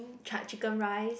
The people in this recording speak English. Chared Chicken Rice